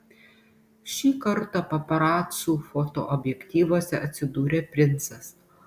šį kartą paparacų fotoobjektyvuose atsidūrė princas